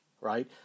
right